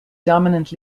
dominant